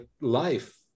life